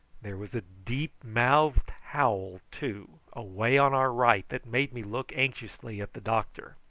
there was a deep-mouthed howl, too, away on our right that made me look anxiously at the doctor.